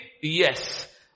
yes